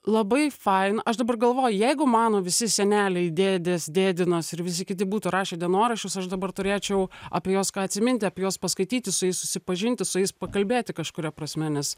labai faina aš dabar galvoj jeigu mano visi seneliai dėdės dėdinas ir visi kiti būtų rašę dienoraščius aš dabar turėčiau apie juos ką atsiminti apie juos paskaityti su jais susipažinti su jais pakalbėti kažkuria prasme nes